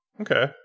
okay